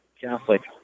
Catholic